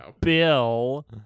Bill